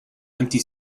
empty